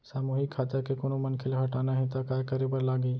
सामूहिक खाता के कोनो मनखे ला हटाना हे ता काय करे बर लागही?